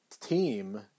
team